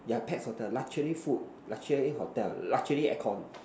yeah pet for the luxury food luxury hotel luxury air con